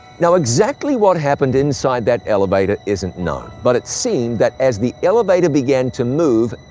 now, exactly what happened inside that elevator isn't known, but it seemed that as the elevator began to move,